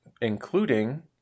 including